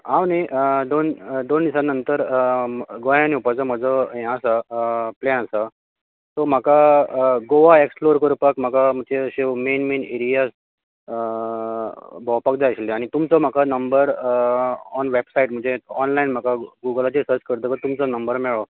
हांव न्ही दोन दोन दिसां नंतर गोंयान येवपाचो म्हजो हें आसा प्लॅन आसा सो म्हाका गोवा एक्सप्लोर करपाक म्हाका म्हणजे अश्यो मेन मेन एरियास भोंवपाक जाय आशिल्ल्यो आनी तुमचो म्हाका नंबर ऑन वेबसायट म्हणजे ऑनलायन म्हाका गुगलाचेर सर्च करतकच तुमचो नंबर मेळ्ळो